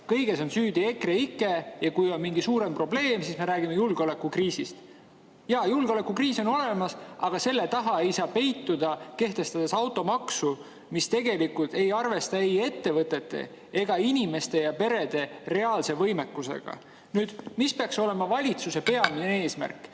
kõiges on süüdi EKREIKE, ja kui on mingi suurem probleem, siis me räägime julgeolekukriisist. Jaa, julgeolekukriis on olemas, aga selle taha ei saa peituda, kehtestades automaksu, mis tegelikult ei arvesta ei ettevõtete ega inimeste ja perede reaalse võimekusega. Nüüd, mis peaks olema valitsuse peamine eesmärk: